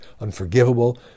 unforgivable